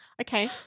Okay